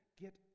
get